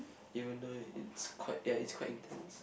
even though it's quite ya it's quite intense